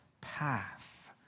path